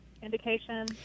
indication